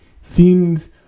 seems